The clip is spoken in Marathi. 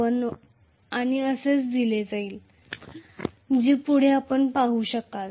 01 आणि असेच दिले जाईल आणि जे पुढे आपण पाहू शकाल